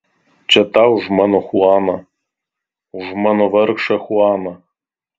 čia tau už mano chuaną už mano vargšą chuaną